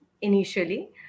initially